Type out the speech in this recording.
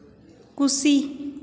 ᱠᱩᱥᱤ